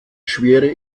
schwere